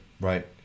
right